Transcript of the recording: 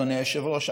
אדוני היושב-ראש,